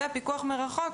פיקוח מרחוק,